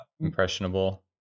impressionable